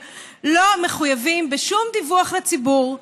לא מחויבים בשום דיווח לציבור,